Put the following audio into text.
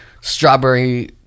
strawberry